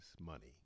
money